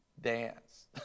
dance